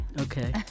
Okay